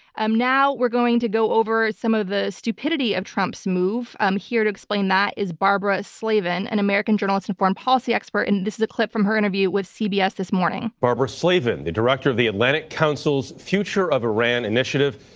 um now we're going to go over some of the stupidity of trump's move. um here to explain that is barbara slavin, an american journalist and foreign policy expert, and this is a clip from her interview with cbs this morning. barbara slavin, the director the atlantic council's future of iran initiative.